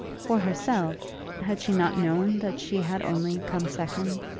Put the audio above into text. for herself had she not known that she had only come second?